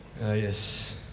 yes